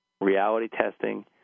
reality-testing